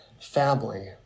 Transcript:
family